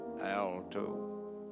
alto